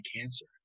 cancer